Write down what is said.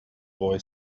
boy